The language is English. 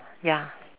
ya